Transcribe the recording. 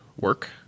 work